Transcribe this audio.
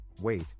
wait